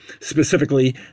Specifically